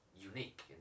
unique